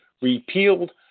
repealed